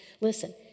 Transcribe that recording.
Listen